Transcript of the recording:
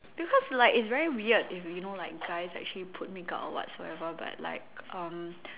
because like it's very weird if you know like guys actually put makeup or whatsoever but like um